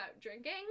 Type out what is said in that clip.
drinking